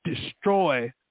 destroy